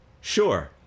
sure